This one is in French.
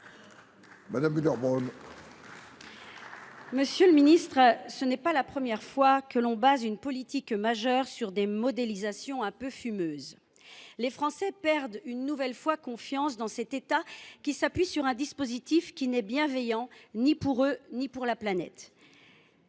la réplique. Monsieur le ministre, ce n’est pas la première fois que l’on fonde une politique majeure sur des modélisations un peu fumeuses… Les Français perdent une nouvelle fois confiance dans cet État qui s’appuie sur un dispositif qui n’est bienveillant ni pour eux ni pour la planète.